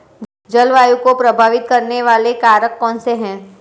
जलवायु को प्रभावित करने वाले कारक कौनसे हैं?